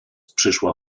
przyszła